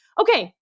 Okay